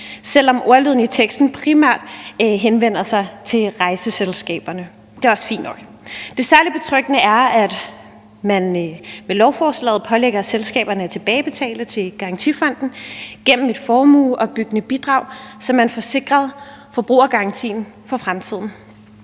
selv om ordlyden i teksten primært henvender sig til rejseselskaberne. Det er også fint nok. Det særlig betryggende er, at man med lovforslaget pålægger selskaberne at tilbagebetale til Rejsegarantifonden gennem et formueopbyggende bidrag, så man får sikret forbrugergarantien for fremtiden.